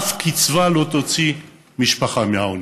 אף קצבה לא תוציא משפחה מהעוני,